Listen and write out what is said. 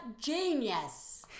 genius